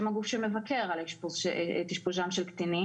שהן הגוף שמבקר את אישפוזם של קטינים,